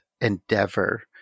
endeavor